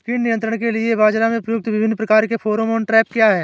कीट नियंत्रण के लिए बाजरा में प्रयुक्त विभिन्न प्रकार के फेरोमोन ट्रैप क्या है?